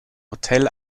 hotel